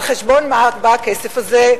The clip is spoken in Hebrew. על-חשבון מה בא הכסף הזה?